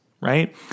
Right